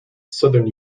southern